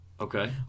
Okay